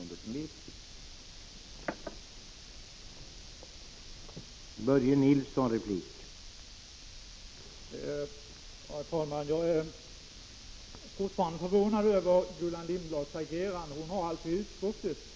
8 8 8 Arbetsskadeförsäk